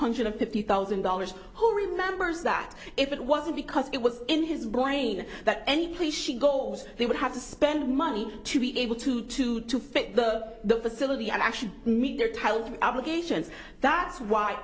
hundred fifty thousand dollars who remembers that if it wasn't because it was in his brain that any place she goes they would have to spend money to be able to to to fit the the facility and actually meet their title obligations that's why